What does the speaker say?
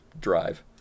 drive